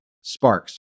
sparks